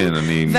כן, אני מתנצל.